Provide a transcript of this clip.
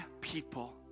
people